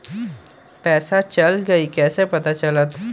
पैसा चल गयी कैसे पता चलत?